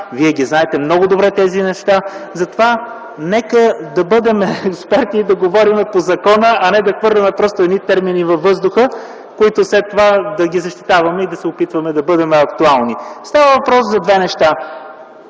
Вие ги знаете много добре тези неща. Затова нека да говорим по закона, а не да хвърляме просто едни термини във въздуха, които след това да ги защитаваме и да се опитваме да бъдем актуални. Става въпрос за две неща.